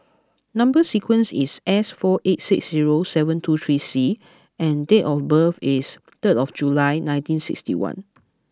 number sequence is S four eight six zero seven two three C and date of birth is third of July nineteen sixty one